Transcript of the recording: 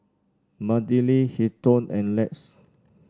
Madilyn Hilton and Lex